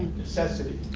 necessity,